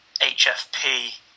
hfp